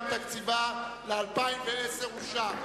רשות האוכלוסין, גם תקציבה ל-2010 אושר.